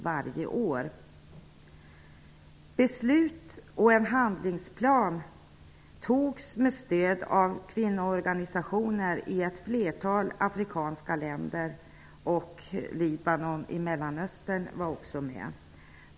Beslut fattades och en handlingsplan antogs med stöd av kvinnoorganisationer i ett flertal afrikanska länder, och Libanon i Mellanöstern var också med.